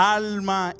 alma